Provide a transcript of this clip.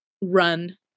Run